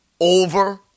over